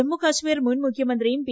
ജമ്മുകാശ്മീർ മുൻ മുഖ്യമന്ത്രിയും പി